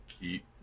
keep